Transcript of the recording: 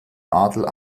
adel